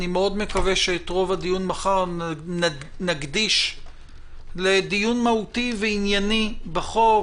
אני מאוד מקווה שאת רוב הדיון מחר נקדיש לדיון מהותי וענייני בחוק,